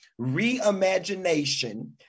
reimagination